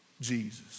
Jesus